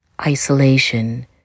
isolation